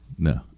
No